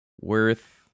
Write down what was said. worth